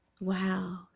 Wow